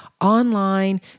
online